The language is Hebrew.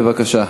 בבקשה.